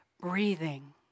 breathing